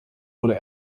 wurde